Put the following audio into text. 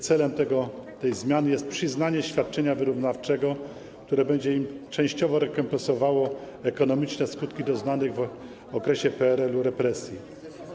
Celem tej zmiany jest przyznanie świadczenia wyrównawczego, które będzie im częściowo rekompensowało ekonomiczne skutki doznanych w okresie PRL-u represji.